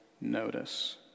notice